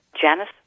Janice